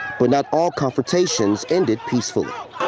but not all confrontations ended peaceful. ah